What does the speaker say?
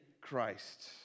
Christ